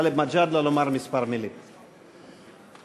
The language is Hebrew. גאלב מג'אדלה, לומר מילים מספר.